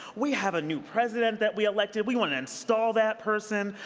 we have a new president that we elected. we want to install that person.